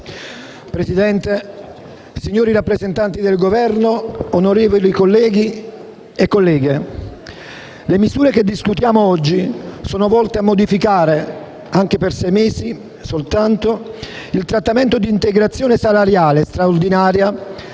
Presidente, signori rappresentanti del Governo, onorevoli colleghi e colleghe, le misure che discutiamo oggi sono volte a modificare - anche per sei mesi soltanto - il trattamento di integrazione salariale straordinaria